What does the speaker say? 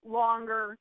longer